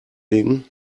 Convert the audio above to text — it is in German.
legen